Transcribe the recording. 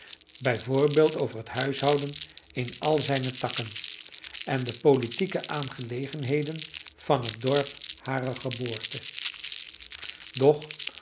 voorbeeld over het huishouden in al zijne takken en de politieke aangelegenheden van het dorp harer geboorte doch